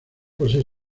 posee